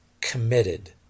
committed